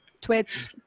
Twitch